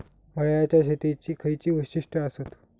मळ्याच्या शेतीची खयची वैशिष्ठ आसत?